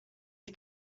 are